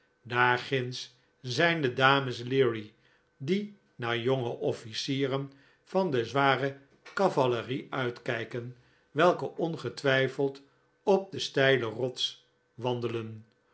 daarginds zijn de dames leery die naar jonge offlcieren van de zware cavalerie uitkijken welke ongetwijfeld op de steile rots wandelen